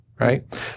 right